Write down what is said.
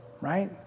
Right